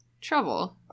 Trouble